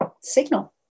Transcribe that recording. signal